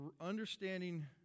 understanding